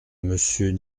monsieur